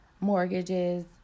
mortgages